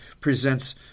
presents